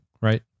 right